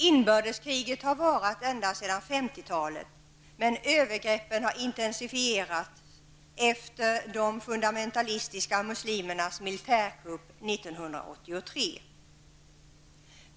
Inbördeskriget har varat ända sedan 50-talet, men övergreppen har intensifierats efter de fundamentalistiska muslimernas militärkupp 1983.